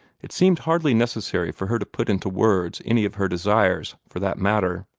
it seemed hardly necessary for her to put into words any of her desires, for that matter.